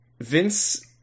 Vince